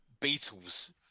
Beatles